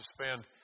spend